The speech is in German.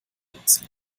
nutzen